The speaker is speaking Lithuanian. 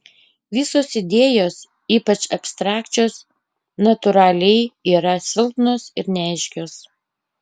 visos idėjos ypač abstrakčios natūraliai yra silpnos ir neaiškios